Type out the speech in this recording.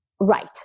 Right